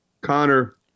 Connor